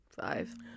Five